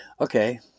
Okay